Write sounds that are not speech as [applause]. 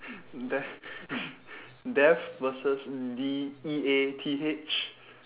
death [breath] death versus D E A T H